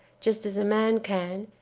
just as a man can,